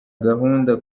gahunda